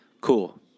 cool